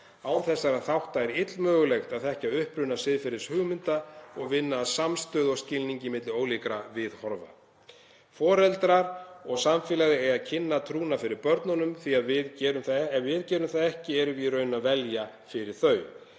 Án þessara þátta er illmögulegt að þekkja uppruna siðferðishugmynda og vinna að samstöðu og skilningi milli ólíkra viðhorfa. Foreldrar og samfélagið eiga að kynna trúna fyrir börnunum því ef við gerum það ekki erum við í raun að velja fyrir þau.